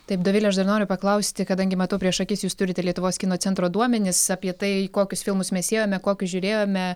taip dovile aš dar noriu paklausti kadangi matau prieš akis jūs turite lietuvos kino centro duomenis apie tai kokius filmus mes ėjome kokius žiūrėjome